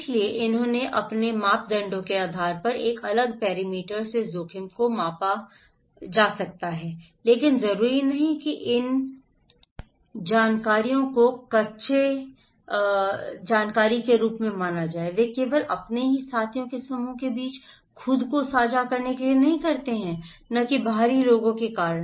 इसलिए उन्होंने अपने मापदंडों के आधार पर एक अलग पैरामीटर से जोखिम को मापा जा सकता है लेकिन जरूरी नहीं कि इन जानकारी को कच्चे जानकारी के रूप में माना जाए वे केवल अपने ही साथियों के समूह के बीच खुद को साझा करने के लिए करते हैं न कि बाहरी लोगों के कारण